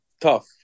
tough